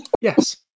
Yes